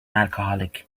alcoholic